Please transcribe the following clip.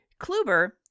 Kluber